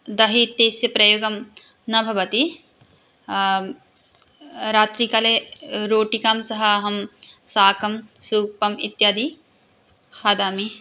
दहि इत्यस्य प्रयोगः न भवति रात्रिकाले रोटिकया सह अहं शाकं सूपम् इत्यादि खादामि